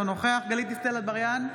אינו נוכח גלית דיסטל אטבריאן,